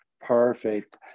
Perfect